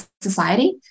society